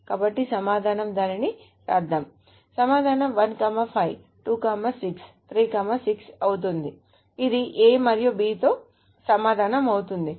కాబట్టి సమాధానం దానిని వ్రాద్దాం సమాధానం 1 5 2 6 3 6 అవుతుంది ఇది A మరియు B తో సమాధానం అవుతుంది